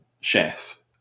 Chef